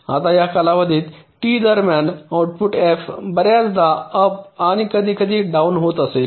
आता या कालावधी टी दरम्यान आउटपुट एफ बर्याचदा अप आणि कधी कधी डाऊन जात असेल